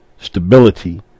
stability